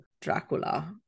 Dracula